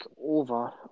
over